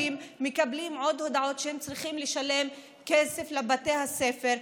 הורים מקבלים עוד הודעות שהם צריכים לשלם כסף לבתי הספר.